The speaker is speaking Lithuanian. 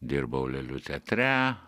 dirbau lėlių teatre